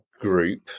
group